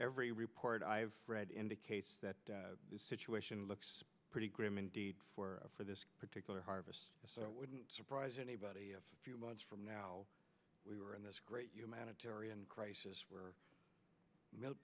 every report i've read indicates that the situation looks pretty grim indeed for this particular harvest wouldn't surprise anybody a few months from now we were in this great humanitarian crisis where milk